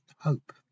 hope